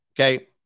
Okay